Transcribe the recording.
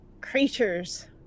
creatures